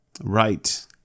Right